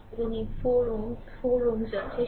এবং এই 4 Ω 4Ω আছে